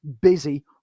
busy